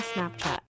Snapchat